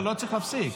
לא צריך להפסיק,